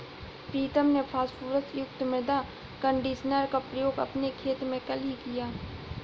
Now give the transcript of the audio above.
प्रीतम ने फास्फोरस युक्त मृदा कंडीशनर का प्रयोग अपने खेत में कल ही किया